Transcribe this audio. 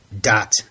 dot